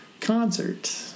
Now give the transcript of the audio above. concert